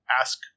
ask